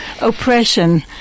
oppression